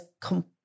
completely